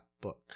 book